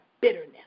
bitterness